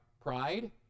pride